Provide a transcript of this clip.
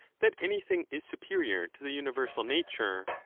that anything is superior to the universal nature,